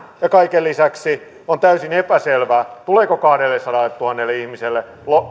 kaiken lisäksi on täysin epäselvää tuleeko kahdellesadalletuhannelle ihmiselle